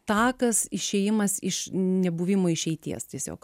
takas išėjimas iš nebuvimo išeities tiesiog